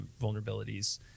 vulnerabilities